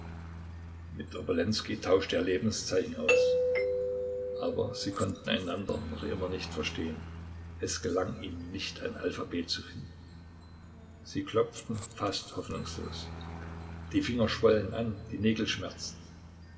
mit obolenskij tauschte er lebenszeichen aus aber sie konnten einander noch immer nicht verstehen es gelang ihnen nicht ein alphabet zu finden sie klopften fast hoffnungslos die finger schwollen an die nägel schmerzten